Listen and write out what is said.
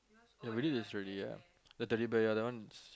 the Teddy Bear ah that one is